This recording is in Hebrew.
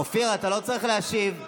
אופיר, אתה לא צריך להשיב.